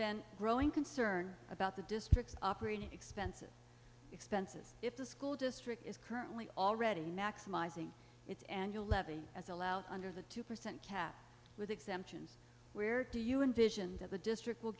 been growing concern about the district's operating expenses expenses if the school district is currently already maximizing its annual levy as allowed under the two percent cap with exemptions where do you envision that the district will